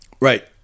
Right